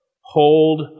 Hold